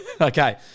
Okay